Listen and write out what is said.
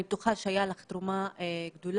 אני בטוחה שהייתה לך תרומה גדולה